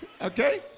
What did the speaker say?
Okay